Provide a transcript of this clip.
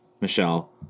Michelle